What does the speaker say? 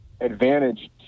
advantage